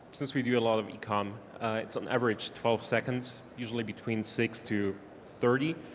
since we do a lot of ecomm it's an average twelve seconds usually, between six to thirty.